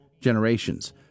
generations